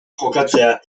jokatzea